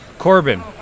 Corbin